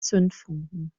zündfunken